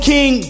King